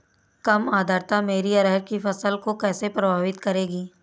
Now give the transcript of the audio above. कम आर्द्रता मेरी अरहर की फसल को कैसे प्रभावित करेगी?